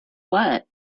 what